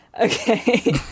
Okay